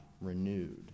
renewed